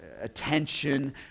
attention